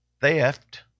theft